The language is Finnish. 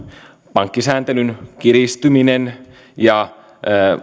pankkisääntelyn kiristyminen ja